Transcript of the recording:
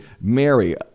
Mary